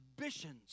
ambitions